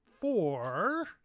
Four